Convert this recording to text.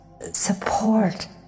support